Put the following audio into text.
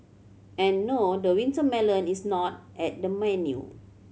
and no the winter melon is not at the menu